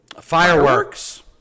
Fireworks